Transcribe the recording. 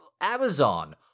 Amazon